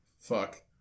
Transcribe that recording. Fuck